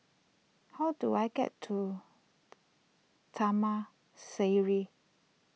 how do I get to Taman Sireh